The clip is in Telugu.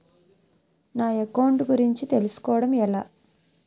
నా అకౌంట్ గురించి తెలుసు కోవడం ఎలా?